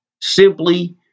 simply